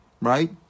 right